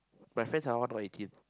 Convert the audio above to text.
my friends are all A team